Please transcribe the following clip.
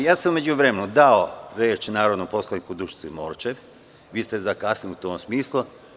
U međuvremenu sam dao reč narodnom poslaniku Dušici Morčev, vi ste zakasnili u tom smislu.